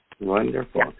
Wonderful